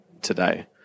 today